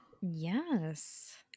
Yes